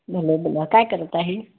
बोला बोला काय करत आहे